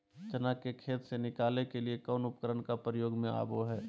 चना के खेत से निकाले के लिए कौन उपकरण के प्रयोग में आबो है?